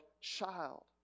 child